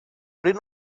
prin